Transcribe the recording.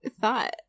thought